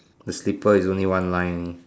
the slipper is only one line only